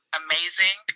amazing